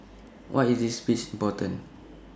why is this speech important